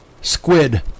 squid